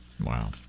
Wow